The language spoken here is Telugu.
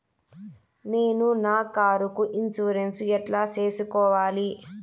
నేను నా కారుకు ఇన్సూరెన్సు ఎట్లా సేసుకోవాలి